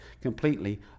completely